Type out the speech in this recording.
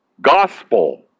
Gospel